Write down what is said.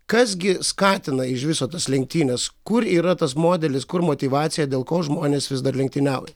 kas gi skatina iš viso tas lenktynes kur yra tas modelis kur motyvacija dėl ko žmonės vis dar lenktyniauja